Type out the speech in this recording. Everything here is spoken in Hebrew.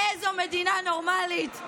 באיזו מדינה נורמלית,